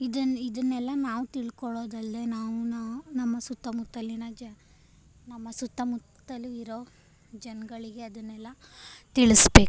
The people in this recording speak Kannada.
ಇದನ್ನು ಇದನ್ನೆಲ್ಲ ನಾವು ತಿಳ್ಕೊಳ್ಳೋದಲ್ದೇ ನಾವು ನಾ ನಮ್ಮ ಸುತ್ತಮುತ್ತಲಿನ ಜ ನಮ್ಮ ಸುತ್ತಮುತ್ತಲೂ ಇರೋ ಜನಗಳಿಗೆ ಅದನ್ನೆಲ್ಲ ತಿಳಿಸಬೇಕು